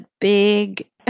big